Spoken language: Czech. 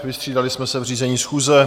Vystřídali jsme se v řízení schůze.